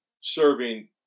Serving